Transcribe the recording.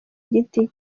giti